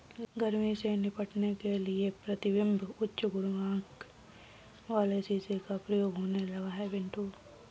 गर्मी से निपटने के लिए प्रतिबिंब उच्च गुणांक वाले शीशे का प्रयोग होने लगा है पिंटू